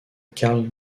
karl